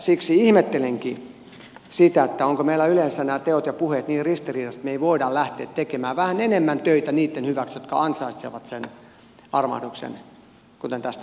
siksi ihmettelenkin sitä ovatko meillä yleensä nämä teot ja puheet niin ristiriidassa että me emme voi lähteä tekemään vähän enemmän töitä niitten hyväksi jotka ansaitsevat sen armahduksen kuten tästä